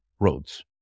Roads